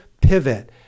pivot